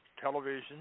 television